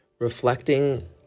Reflecting